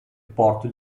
porto